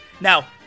Now